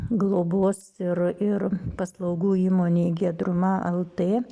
globos ir ir paslaugų įmonė giedruma lt